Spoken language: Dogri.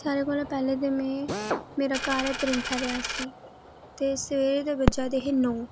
सारें कोला पैह्लें ते में मेरा घर ऐ परिंथा रियासी ते से ते बज्जै दे हे नौ